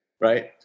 right